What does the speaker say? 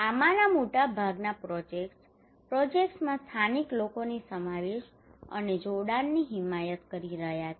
આમાંના મોટાભાગના પ્રોજેક્ટ્સ પ્રોજેક્ટ્સમાં સ્થાનિક લોકોની સમાવેશ અને જોડાણની હિમાયત કરી રહ્યા છે